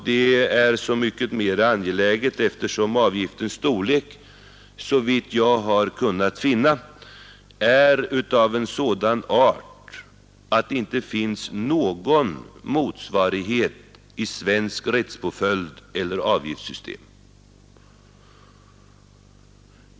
Det är så mycket mera angeläget som avgiftens storlek, såvitt jag har kunnat finna, är av sådan art att det inte finns någon motsvarighet i svensk rättspåföljd eller svenskt avgiftssystem.